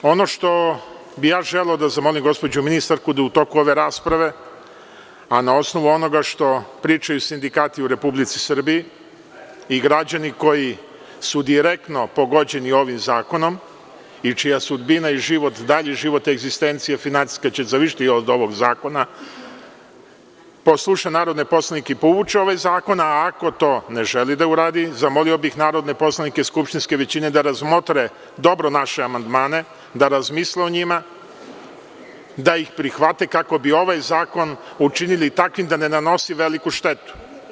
Ono što bih ja želeo da zamolim gospođu ministarku je da u toku ove rasprave, a na osnovu onoga što pričaju sindikati u Republici Srbiji i građani koji su direktno pogođeni ovim zakonom i čija sudbina i život, dalji život, egzistencija finansijska će zavisiti od ovog zakona, posluša narodne poslanike i povuče ovaj zakon, a ako to ne želi da uradi, zamolio bih narodne poslanike skupštinske većine da razmotre dobro naše amandmane, da razmisle o njima, da ih prihvate kako bi ovaj zakon učinili takvim da ne nanosi veliku štetu.